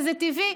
וזה טבעי.